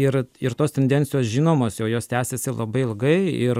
ir ir tos tendencijos žinomos jau jos tęsiasi labai ilgai ir